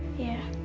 yeah.